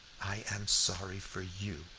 i am sorry for you,